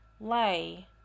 lay